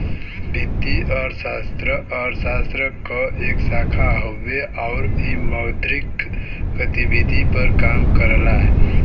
वित्तीय अर्थशास्त्र अर्थशास्त्र क एक शाखा हउवे आउर इ मौद्रिक गतिविधि पर काम करला